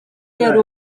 yari